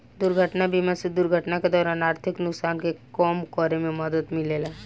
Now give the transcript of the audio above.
दुर्घटना बीमा से दुर्घटना के दौरान आर्थिक नुकसान के कम करे में मदद मिलेला